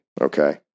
Okay